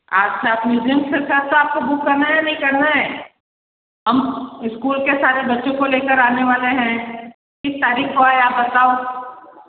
अच्छा म्यूज़ियम सरकार तो आप को बुक करना है या नहीं करना है हम इस्कूल के सारे बच्चों को लेकर आने वाले हैं किस तारीख को आएं आप बताओ